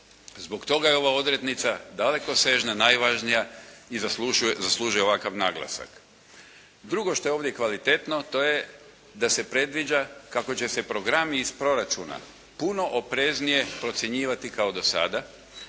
Zbog toga je ova odrednica dalekosežna, najvažnija i zaslužuje ovakav naglasak. Drugo što je ovdje kvalitetno to je da se predviđa kako će se programi iz proračuna puno opreznije procjenjivati kao do sada